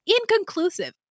inconclusive